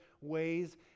ways